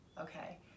okay